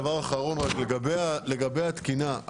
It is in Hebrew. לגבי התקינה.